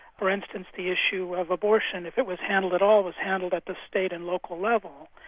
for instance, the issue of abortion if it was handled at all was handled at the state and local level.